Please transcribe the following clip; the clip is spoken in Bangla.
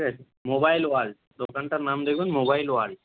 ঠিক আছে মোবাইল ওয়ার্ল্ড দোকানটার নাম দেখবেন মোবাইল ওয়ার্ল্ড